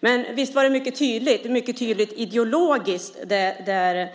Men visst var det mycket tydligt ideologiskt det